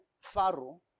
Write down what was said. Pharaoh